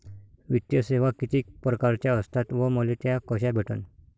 वित्तीय सेवा कितीक परकारच्या असतात व मले त्या कशा भेटन?